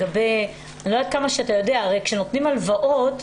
הרי כשנותנים הלוואות,